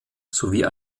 sowie